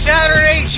Saturday